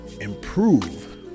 improve